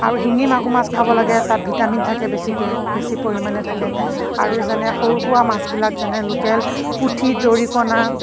আৰু শিঙি মাগুৰ মাছ খাব লাগে তাত ভিটামিন থাকে বেছিকৈ বেছি পৰিমাণে থাকে আৰু যেনে সৰু সুৰা মাছবিলাক যেনে লোকেল পুঠি দৰিকণা